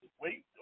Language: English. wait